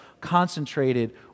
concentrated